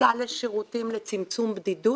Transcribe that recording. סל לשירותים לצמצום בדידות.